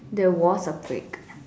there was a break